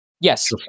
Yes